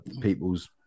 People's